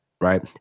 Right